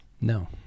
no